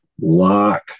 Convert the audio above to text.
lock